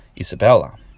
Isabella